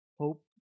Hope